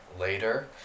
Later